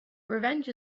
revenge